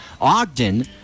Ogden